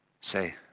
say